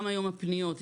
גם היום הפניות,